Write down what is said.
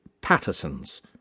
Patterson's